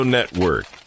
Network